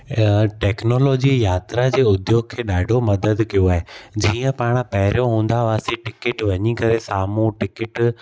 technology यात्रा जे उद्योग खे ॾाढो मदद कयो आहे जीअं पाण पहिरियों हूंदा हुआसीं टिकिट वञी करे साम्हूं टिकिट